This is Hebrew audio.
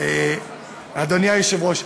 אדוני היושב-ראש.